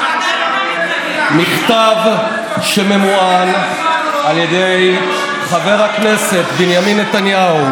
מכתב שממוען על ידי חבר הכנסת בנימין נתניהו,